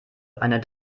einer